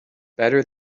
better